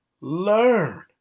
learn